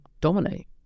dominate